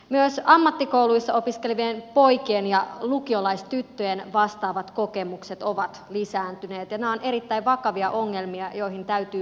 myös ammattikouluissa opiskelevien poikien ja lukiolaistyttöjen vastaavat kokemukset ovat lisääntyneet ja nämä ovat erittäin vakavia ongelmia joihin täytyy puuttua